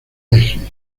eje